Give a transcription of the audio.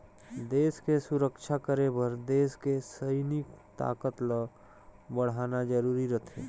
देस के सुरक्छा करे बर देस के सइनिक ताकत ल बड़हाना जरूरी रथें